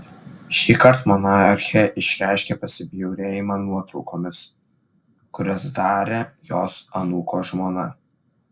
šįkart monarchė išreiškė pasibjaurėjimą nuotraukomis kurias darė jos anūko žmona